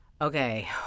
Okay